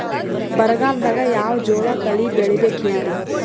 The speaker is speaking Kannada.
ಬರಗಾಲದಾಗ್ ಯಾವ ಜೋಳ ತಳಿ ಬೆಳಿಬೇಕ ಹೇಳ್ರಿ?